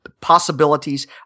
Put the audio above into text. possibilities